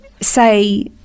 say